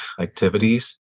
activities